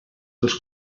dels